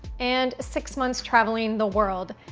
and six months traveling the world.